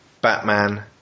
Batman